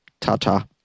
ta-ta